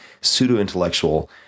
pseudo-intellectual